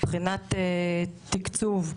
מבחינת תקצוב,